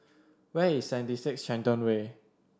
where is Seventy Six Shenton Way